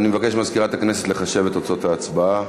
אני מבקש ממזכירת הכנסת לחשב את תוצאות ההצבעה.